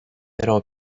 però